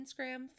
Instagram